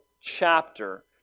chapter